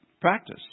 practice